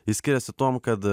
ji skiriasi tuom kad